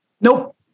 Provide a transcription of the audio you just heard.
Nope